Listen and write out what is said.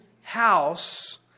house